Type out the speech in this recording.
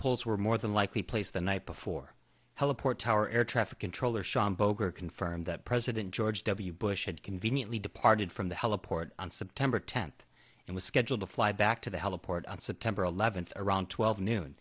polls were more than likely place the night before teleport our air traffic controller sean boger confirmed that president george w bush had conveniently departed from the hello port on september tenth and was scheduled to fly back to the helo port on september eleventh around twelve noon